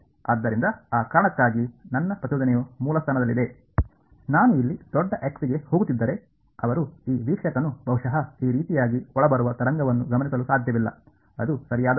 ಆದ್ದರಿಂದ ಆ ಕಾರಣಕ್ಕಾಗಿ ನನ್ನ ಪ್ರಚೋದನೆಯು ಮೂಲಸ್ಥಾನದಲ್ಲಿದೆ ನಾನು ಇಲ್ಲಿ ದೊಡ್ಡ ಎಕ್ಸ್ ಗೆ ಹೋಗುತ್ತಿದ್ದರೆ ಅವರು ಈ ವೀಕ್ಷಕನು ಬಹುಶಃ ಈ ರೀತಿಯಾಗಿ ಒಳಬರುವ ತರಂಗವನ್ನು ಗಮನಿಸಲು ಸಾಧ್ಯವಿಲ್ಲ ಅದು ಸರಿಯಾದ ಅರ್ಥ